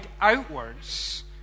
outwards